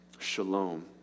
Shalom